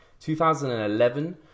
2011